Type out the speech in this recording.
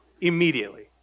Immediately